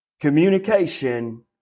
Communication